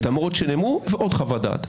את האמירות שנאמרו ועוד חוות דעת.